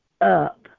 up